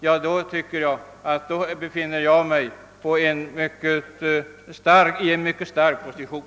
Jag tycker att jag därvid befinner mig i en mycket stark position.